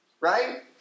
right